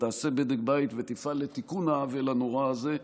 תעשה בדק בית ותפעל לתיקון העוול הנורא הזה,